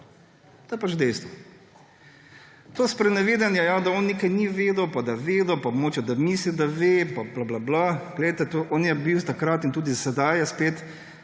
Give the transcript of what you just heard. To je pač dejstvo. To sprenevedanje, da on nekaj ni vedel, pa da je vedel, pa mogoče, da misli, da ve, pa blablabla; glejte, on je bil takrat in tudi sedaj je